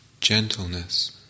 gentleness